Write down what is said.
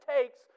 takes